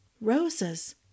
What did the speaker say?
Roses